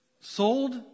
sold